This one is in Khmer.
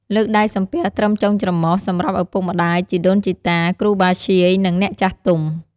លើកដៃសំពះត្រឹមចុងច្រមុះ សម្រាប់ឪពុកម្តាយ ជីដូនជីតា គ្រូបាធ្យាយ និងអ្នកចាស់ទុំ។